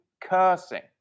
cursing